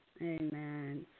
Amen